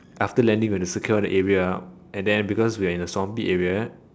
after landing we have to secure the area and because we are in a swamp area